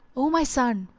o my son,